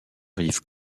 rive